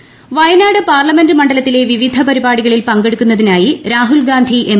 P Wayanad Wayanad parliament മണ്ഡലത്തിലെ വിവിധ പരിപാടികളിൽ പങ്കെടുക്കുന്നതിന് രാഹുൽഗാന്ധി എം